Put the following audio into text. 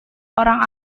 orang